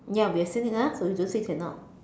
ya we have seen it ah so you don't say cannot